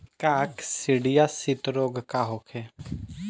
काकसिडियासित रोग का होखे?